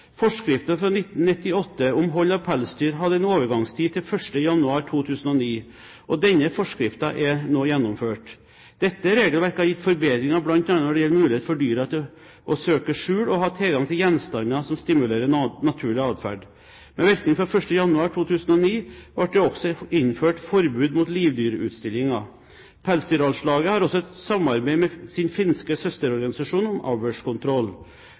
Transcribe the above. fra 1998 om hold av pelsdyr hadde overgangstid til 1. januar 2009, og denne forskriften er nå gjennomført. Dette regelverket har gitt forbedringer bl.a. når det gjelder mulighet for dyrene til å søke skjul og ha tilgang til gjenstander som stimulerer naturlig atferd. Med virkning fra 1. januar 2009 ble det også innført forbud mot livdyrutstillinger. Pelsdyralslaget har også et samarbeid med sin finske søsterorganisasjon om